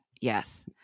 yes